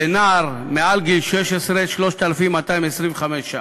לנער מעל גיל 16, 3,225 ש"ח,